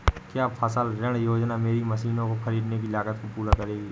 क्या फसल ऋण योजना मेरी मशीनों को ख़रीदने की लागत को पूरा करेगी?